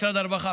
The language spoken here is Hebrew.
משרד הרווחה,